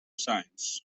science